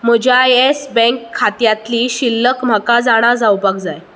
म्हज्या Yes bank खात्यांतली शिल्लक म्हाका जाणा जावपाक जाय